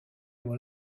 were